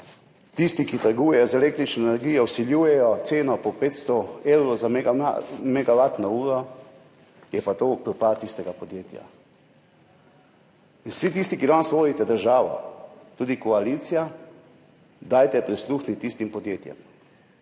tisti, ki trgujejo z električno energijo, vsiljujejo ceno po 500 evrov za megavatno uro, je pa to propad njihovega podjetja. Vsi tisti, ki danes vodite državo, tudi koalicija, dajte prisluhniti tem podjetjem.